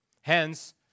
Hence